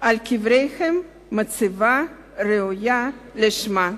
קברם מצבה ראויה לשמה.